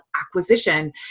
acquisition